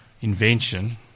invention